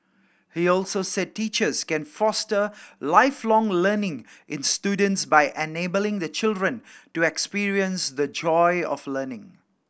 he also said teachers can foster Lifelong Learning in students by enabling the children to experience the joy of learning